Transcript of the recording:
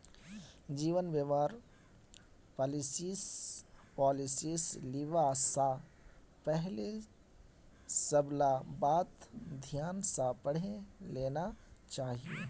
जीवन बीमार पॉलिसीस लिबा स पहले सबला बात ध्यान स पढ़े लेना चाहिए